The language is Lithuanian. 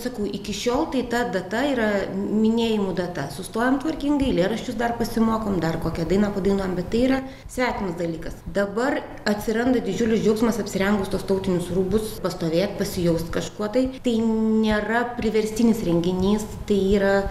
sakau iki šiol tai ta data yra minėjimo data sustojam tvarkingai eilėraščius dar pasimokom dar kokią dainą padainuojam bet tai yra svetimas dalykas dabar atsiranda didžiulis džiaugsmas apsirengus tuos tautinius rūbus pastovėt pasijaust kažkuo tai tai nėra priverstinis renginys tai yra